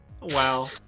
Wow